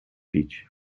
pić